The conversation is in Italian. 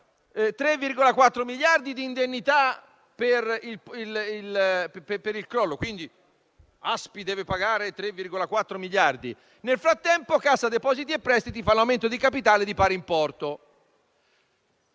3,4 miliardi di indennità per il crollo. ASPI deve pagare 3,4 miliardi e, nel frattempo, Cassa depositi e prestiti fa l'aumento di capitale di pari importo.